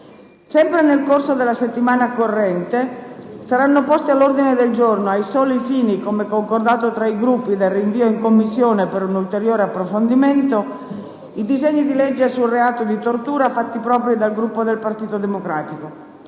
Sempre nel corso della settimana corrente saranno posti all'ordine del giorno, ai soli fini - come concordato tra i Gruppi - del rinvio in Commissione per un ulteriore approfondimento, i disegni di legge sul reato di tortura fatti propri dal Gruppo del Partito Democratico.